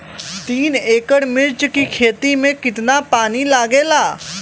तीन एकड़ मिर्च की खेती में कितना पानी लागेला?